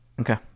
Okay